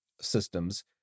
systems